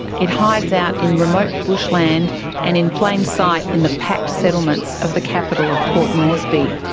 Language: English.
it hides out in remote bushland and in plain sight in the packed settlements of the capital of port moresby.